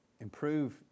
Improve